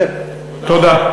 תודה.